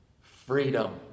Freedom